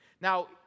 Now